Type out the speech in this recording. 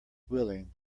willing